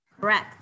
Correct